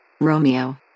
Romeo